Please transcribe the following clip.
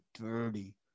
dirty